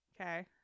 Okay